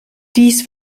dies